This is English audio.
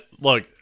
look